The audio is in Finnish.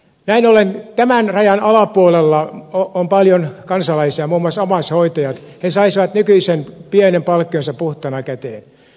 näin ollen kun tämän rajan alapuolella on paljon kansalaisia muun muassa omaishoitajat he saisivat nykyisen pienen palkkionsa puhtaana käteen